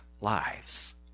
lives